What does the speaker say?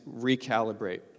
recalibrate